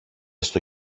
στο